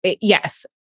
yes